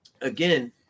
Again